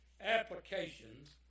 applications